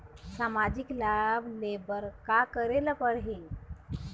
सामाजिक लाभ ले बर का करे ला पड़ही?